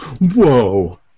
Whoa